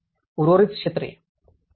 उर्वरित क्षेत्रे